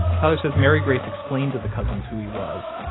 tyler says mary grace explained to the cousins who he was,